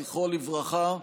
זיכרונו לברכה,